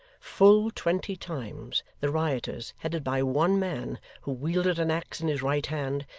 full twenty times, the rioters, headed by one man who wielded an axe in his right hand,